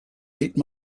ate